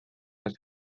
sest